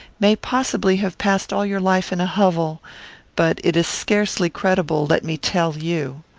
may possibly have passed all your life in a hovel but it is scarcely credible, let me tell you.